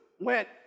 went